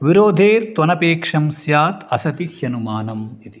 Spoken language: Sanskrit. विरोधे त्वनपेक्षं स्यात् असति ह्यनुमानम् इति